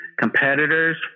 competitors